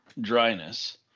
dryness